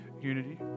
unity